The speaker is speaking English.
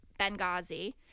Benghazi